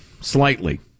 slightly